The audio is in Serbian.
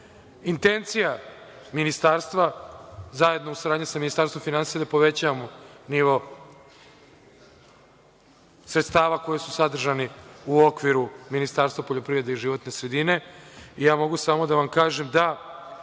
godine. Intencija Ministarstva, zajedno u saradnji sa Ministarstvom finansija je da povećavamo nivo sredstava koja su sadržana u okviru Ministarstva poljoprivrede i životne sredine.